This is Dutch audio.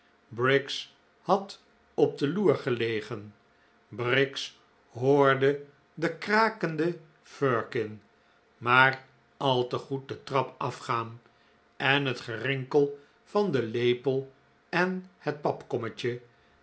briggs had op de loer gelegen briggs hoorde de krakende firkin maar al te goed de trap af gaan en het gerinkel van den lepel en het papkommetje